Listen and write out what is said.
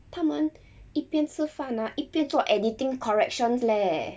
他们一边吃饭啊一边做 editing corrections leh